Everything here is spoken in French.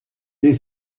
les